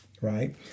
Right